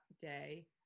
day